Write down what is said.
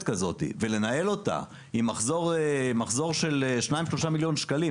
כזו ולנהל אותה עם מחזור של 2-3 מיליון שקלים.